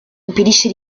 impedisce